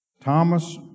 Thomas